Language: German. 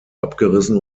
abgerissen